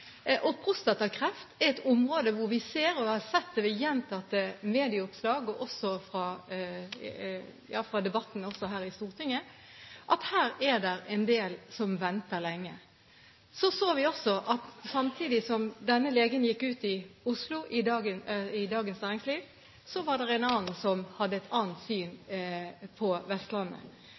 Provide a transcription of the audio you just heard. er et område hvor vi ser, og har sett i gjentatte medieoppslag og også i debatten her i Stortinget, at det er en del som venter lenge. Vi så også at samtidig som denne legen i Oslo gikk ut i Dagens Næringsliv, var det en på Vestlandet som hadde et annet syn.